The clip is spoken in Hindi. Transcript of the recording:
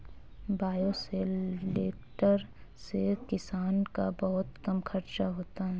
बायोशेलटर से किसान का बहुत कम खर्चा होता है